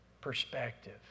perspective